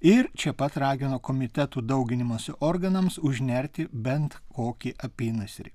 ir čia pat ragino komitetų dauginimosi organams užnerti bent kokį apynasrį